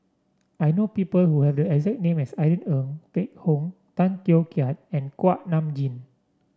I know people who have the exact name as Irene Ng Phek Hoong Tay Teow Kiat and Kuak Nam Jin